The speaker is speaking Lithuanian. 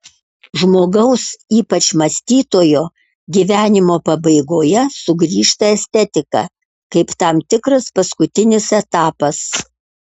žmogaus ypač mąstytojo gyvenimo pabaigoje sugrįžta estetika kaip tam tikras paskutinis etapas